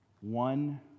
one